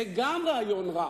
זה גם רעיון רע.